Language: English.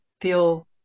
feel